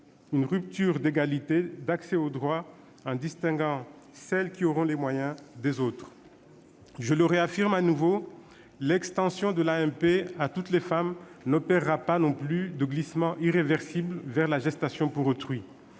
une rupture d'égalité d'accès au droit, en distinguant celles qui auront les moyens des autres ! Je le réaffirme : l'extension de l'AMP à toutes les femmes n'opérera pas de glissement irréversible vers la gestation pour autrui.